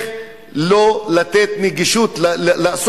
וזה לא לתת לנגישות הזאת להתקיים,